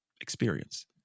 experience